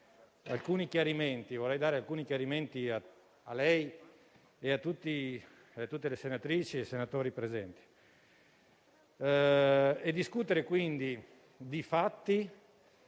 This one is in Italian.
vorrei dare alcuni chiarimenti a lei e a tutte le senatrici e i senatori presenti